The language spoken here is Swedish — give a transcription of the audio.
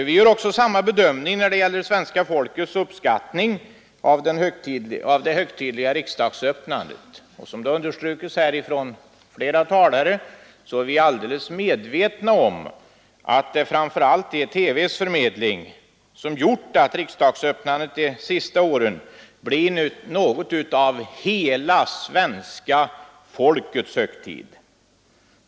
Vi har också samma bedömning när det gäller svenska folkets uppskattning av det högtidliga riksdagsöppnandet. Som understrukits här av flera talare är vi helt medvetna om att det framför allt är TV:s sändningar som gjort att riksdagens öppnande under de senaste åren har blivit något av hela svenska folkets högtid.